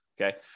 Okay